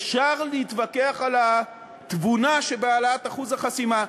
אפשר להתווכח על התבונה שבהעלאת אחוז החסימה,